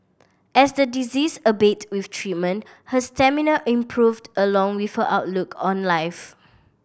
as the disease abated with treatment her stamina improved along with her outlook on life